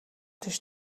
тийш